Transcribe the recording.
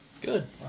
Good